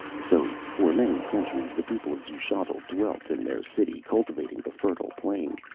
so for many centuries the people of xuchotl dwelt in their city, cultivating the fertile plain,